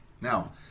Now